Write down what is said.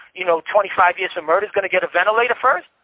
you know, twenty five years for murder's gonna get a ventilator first?